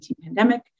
pandemic